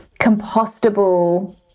compostable